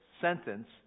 sentence